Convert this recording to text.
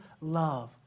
love